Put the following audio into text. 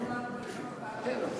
לגרום לנו לשנות דעתנו.